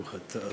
רבותי,